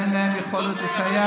ואין להם יכולת לסייע,